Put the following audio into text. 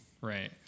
Right